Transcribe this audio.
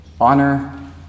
Honor